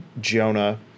Jonah